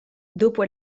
dopo